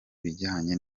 bijyanye